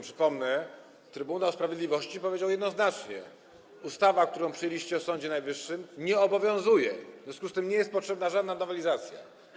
Przypomnę, Trybunał Sprawiedliwości powiedział jednoznacznie: ustawa, którą przyjęliście, o Sądzie Najwyższym nie obowiązuje, w związku z tym nie jest potrzebna żadna nowelizacja.